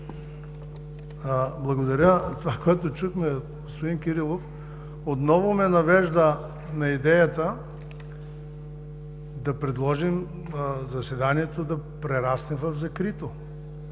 Благодаря. Това, което чухме, господин Кирилов, отново ме навежда на идеята да предложим заседанието да прерасне в закрито,